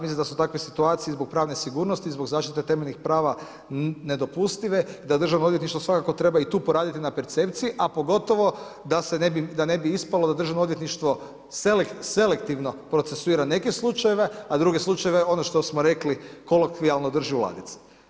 Mislim da su takve situacija zbog pravne sigurnosti i zbog zaštite temeljnih prava nedopustive, da državno odvjetništvo svakako treba i tu poraditi na percepciji, a pogotovo da ne bi ispalo da državno odvjetništvo selektivno procesuira neke slučajeve, a druge slučajeve ono što smo rekli kolokvijalno drži u ladici.